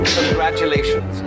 Congratulations